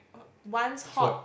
err once hot